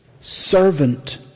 servant